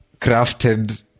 crafted